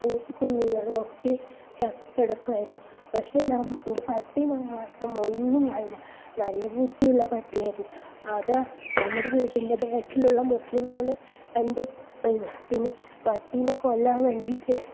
കോഴിക്കുഞ്ഞുങ്ങളും ഒക്കെ ചത്തു കിടക്കായിരുന്നു പക്ഷേ നം എൻ്റെ പട്ടി മാത്രം ഒന്നും ആയില്ല നല്ല ബുദ്ധിയുള്ള പട്ടിയായിരുന്നു അതാ നമ്മുടെ വീട്ടിൻ്റെ ബേക്കിലുള്ള മുസ്ലീമുകൾ എൻ്റെ കോ ഇത് പിന്നെ പട്ടീനെ കൊല്ലാൻ വേണ്ടിയിട്ട്